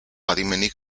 adimenik